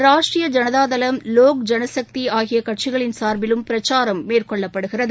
ராஷ்ட்ரிய ஜனதா தளம் லோக் ஜனசக்தி ஆகிய கட்சிகளின் சார்பிலும் பிரச்சாரம் மேற்கொள்ளப்படுகிறது